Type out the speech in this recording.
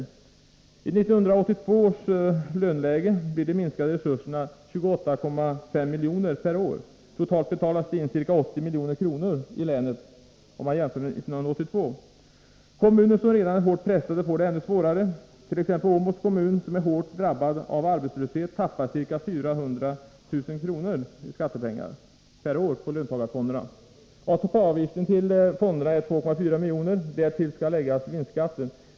I 1982 års löneläge blir minskningen av resurserna 28,5 miljoner per år. Totalt kommer ca 80 miljoner att betalas in i länet räknat i 1982 års löneläge. Kommuner som redan är hårt pressade får det ännu svårare. Åmåls kommun, som är hårt drabbad av arbetslöshet, förlorar t.ex. ca 400 000 kr. per år på löntagarfonderna. ATP-avgiften till fonderna är 2,4 miljoner. Därtill skall läggas vinstskatten.